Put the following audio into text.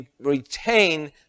retain